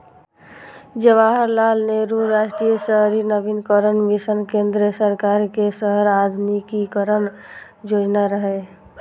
जवाहरलाल नेहरू राष्ट्रीय शहरी नवीकरण मिशन केंद्र सरकार के शहर आधुनिकीकरण योजना रहै